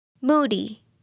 Moody